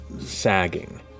sagging